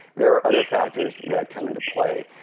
there are other factors that come into play.